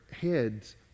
heads